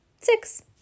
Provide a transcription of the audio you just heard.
six